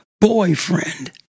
boyfriend